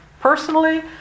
personally